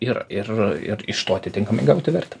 ir ir ir iš to atitinkamai gauti vertę